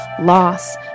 loss